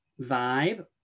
vibe